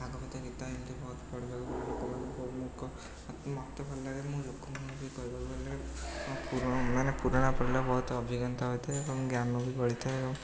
ଭାଗବତ ଗୀତା ଏମିତି ବହୁତ ପଢ଼ିବାକୁ ଭଗବାନ ବହୁମୁଖ ମୋତେ ଭଲଲାଗେ ମୁଁ ଲୋକମାନଙ୍କୁ ବି କହିବାକୁ ଗଲେ ମୋ ପୁରାଣ ମାନେ ପୁରାଣ ପଢ଼ିଲେ ବହୁତ ଅଭିଜ୍ଞତା ହୋଇଥାଏ ଏବଂ ଜ୍ଞାନ ବି ବଢ଼ିଥାଏ